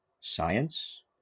science